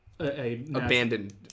Abandoned